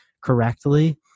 correctly